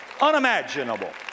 unimaginable